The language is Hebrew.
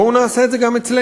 בואו נעשה את זה גם אצלנו.